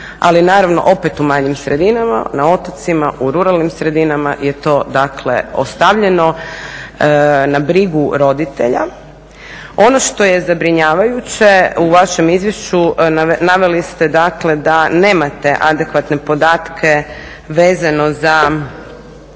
ali naravno opet u manjim sredinama, na otocima, u ruralnim sredinama je to dakle ostavljeno na brigu roditelja. Ono što je zabrinjavajuće, u vašem izvješću naveli ste dakle da nemate adekvatne podatke vezano za